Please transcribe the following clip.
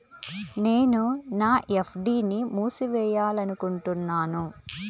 నేను నా ఎఫ్.డీ ని మూసివేయాలనుకుంటున్నాను